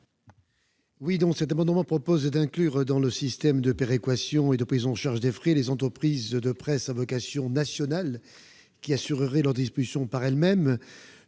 de cet amendement proposent d'inclure dans le système de péréquation et de prise en charge des frais les entreprises de presse à vocation nationale, qui assureraient elles-mêmes